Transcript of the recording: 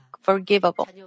forgivable